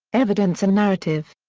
evidence and narrative.